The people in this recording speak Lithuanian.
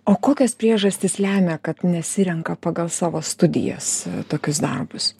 o kokios priežastys lemia kad nesirenka pagal savo studijas tokius darbus